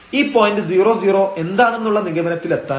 ഈ പോയന്റ് 00 എന്താണെന്നുള്ള നിഗമനത്തിലെത്താൻ